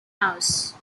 house